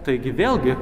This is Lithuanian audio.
taigi vėlgi